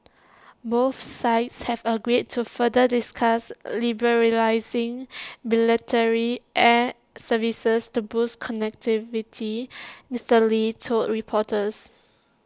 both sides have agreed to further discuss liberalising bilateral air services to boost connectivity Mister lee told reporters